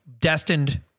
destined